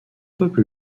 peuple